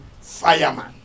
Fireman